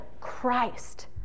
Christ